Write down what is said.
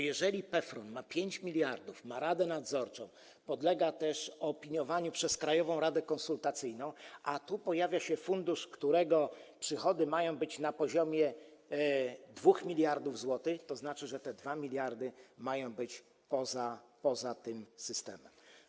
Jeżeli PFRON ma 5 mld, ma radę nadzorczą, podlega też opiniowaniu przez Krajową Radę Konsultacyjną, a tu pojawia się fundusz, którego przychody mają być na poziomie 2 mld zł, to znaczy, że te 2 mld mają być poza tym systemem.